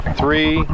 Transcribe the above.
three